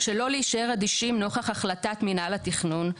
שלא להישאר אדישים נוכח החלטת מינהל התכנון,